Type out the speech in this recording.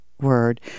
word